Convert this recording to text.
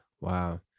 Wow